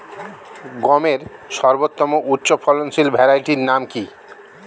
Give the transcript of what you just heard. গমের সর্বোত্তম উচ্চফলনশীল ভ্যারাইটি নাম কি?